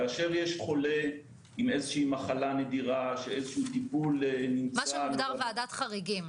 כאשר יש חולה עם מחלה נדירה- -- מה שמוגדר ועדת חריגים.